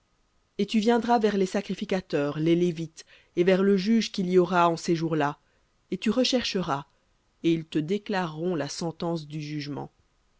et tu viendras vers les sacrificateurs les lévites et vers le juge qu'il y aura en ces jours-là et tu rechercheras et ils te déclareront la sentence du jugement